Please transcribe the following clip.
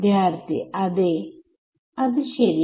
വിദ്യാർത്ഥി വലതു വശം